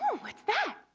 what's that?